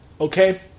Okay